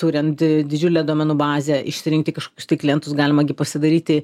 turint didžiulę duomenų bazę išsirinkti kažkokius klientus galima gi pasidaryti